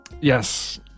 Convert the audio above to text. Yes